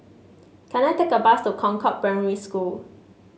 can I take a bus to Concord Primary School